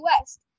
West